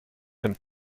and